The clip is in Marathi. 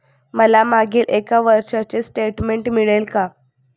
मला मागील एक वर्षाचे स्टेटमेंट मिळेल का?